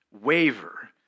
waver